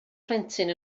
plentyn